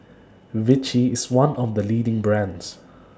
Vichy IS one of The leading brands